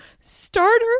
starter